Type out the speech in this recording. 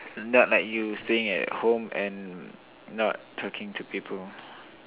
not like you staying at home and not talking to people